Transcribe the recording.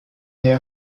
der